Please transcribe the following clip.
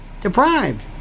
Deprived